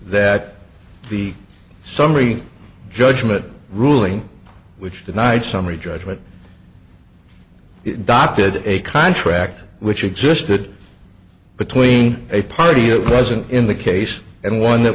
that the summary judgment ruling which tonight summary judgment doc did a contract which existed between a party it wasn't in the case and one that